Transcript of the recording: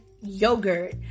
yogurt